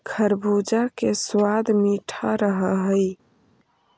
खरबूजा के सबाद मीठा रह हई